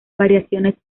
variaciones